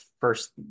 first